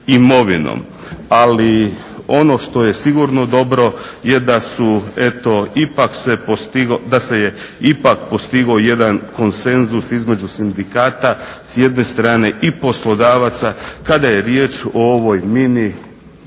Ali ono što je sigurno dobro da se je ipak postigao jedan konsenzus između sindikata s jedne strane i poslodavaca kada je riječ o ovoj mini zakonodavnoj